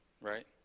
right